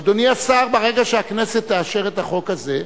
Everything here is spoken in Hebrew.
אדוני השר, ברגע שהכנסת תאשר את החוק הזה,